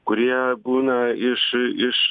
kurie būna iš iš